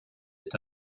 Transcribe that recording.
est